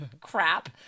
crap